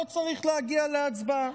לא צריך להגיע להצבעה.